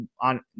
on